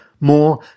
more